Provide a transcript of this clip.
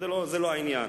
כי זה לא העניין.